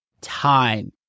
time